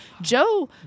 Joe